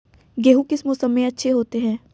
गेहूँ किस मौसम में अच्छे होते हैं?